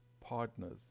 partners